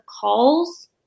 calls